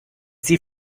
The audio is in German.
sie